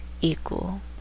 Equal